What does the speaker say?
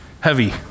heavy